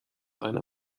einer